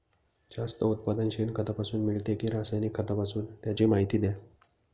जास्त उत्पादन शेणखतापासून मिळते कि रासायनिक खतापासून? त्याची माहिती द्या